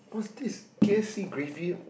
what is this K_F_C gravy